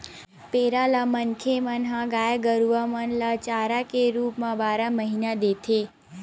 पेरा ल मनखे मन ह गाय गरुवा मन ल चारा के रुप म बारह महिना देथे